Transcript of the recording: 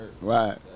Right